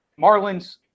Marlins